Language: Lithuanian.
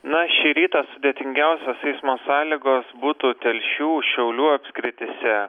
na šį rytą sudėtingiausios eismo sąlygos būtų telšių šiaulių apskrityse